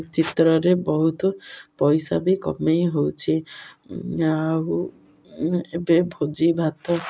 ଚିତ୍ରରେ ବହୁତ ପଇସା ବି କମାଇ ହେଉଛି ଆଉ ଏବେ ଭୋଜି ଭାତ